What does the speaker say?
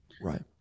right